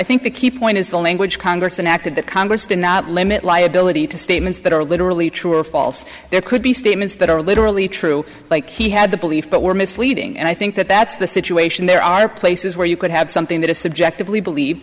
think the key point is the language congress enacted that congress did not limit liability to statements that are literally true or false there could be statements that are literally true like he had the belief but were misleading and i think that that's the situation there are places where you could have something that is subjectively believe